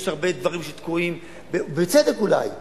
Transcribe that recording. יש הרבה דברים שתקועים, בצדק אולי.